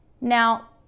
Now